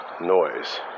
noise